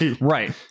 Right